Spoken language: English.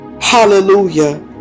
hallelujah